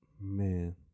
man